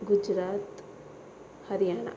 Gujarat Haryana